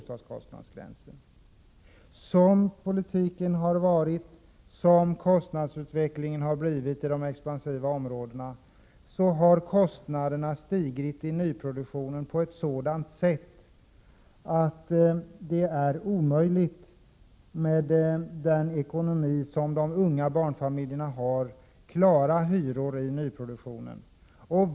Såsom politiken har förts och såsom utvecklingen blivit i de expansiva områdena, har kostnaderna i nyproduktionen stigit på ett sådant sätt att det är omöjligt för de unga barnfamiljerna med den ekonomi dessa har att klara hyrorna i nyproduktionen.